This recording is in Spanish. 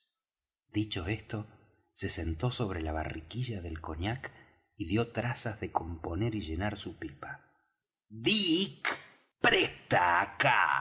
dicho esto se sentó sobre la barriquilla del cognac y dió trazas de componer y llenar su pipa dick presta